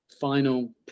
final